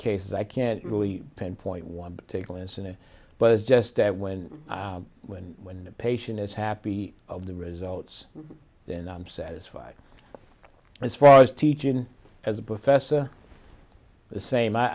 cases i can't really pinpoint one particular incident but it's just that when when when a patient is happy of the results and i'm satisfied as far as teaching as a professor the same i